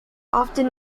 often